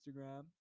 Instagram